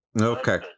Okay